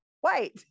white